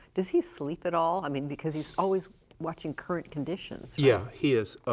does he sleep at all? i mean, because he's always watching current conditions. yeah he is.